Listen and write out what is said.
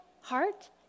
heart